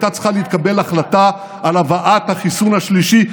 הייתה צריכה להתקבל החלטה על הבאת החיסון השלישי,